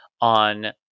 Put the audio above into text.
on